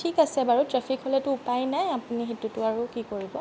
ঠিক আছে বাৰু ট্ৰেফিক হ'লেটো উপায় নাই আপুনি সেইটোতো আৰু কি কৰিব